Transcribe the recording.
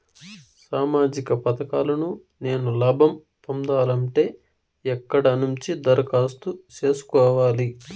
సామాజిక పథకాలను నేను లాభం పొందాలంటే ఎక్కడ నుంచి దరఖాస్తు సేసుకోవాలి?